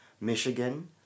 Michigan